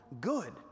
good